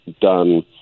done